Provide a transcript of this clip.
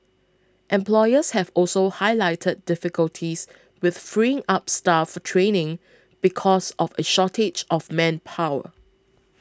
employers have also highlighted difficulties with freeing up staff for training because of a shortage of manpower